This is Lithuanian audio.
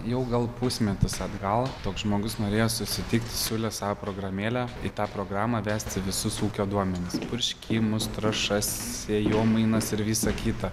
jau gal pusmetis atgal toks žmogus norėjo susitikti siūlė savo programėlę į tą programą vesti visus ūkio duomenis purškimus trąšas sėjomainas ir visa kita